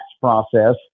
process